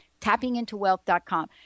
tappingintowealth.com